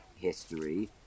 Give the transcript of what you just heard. history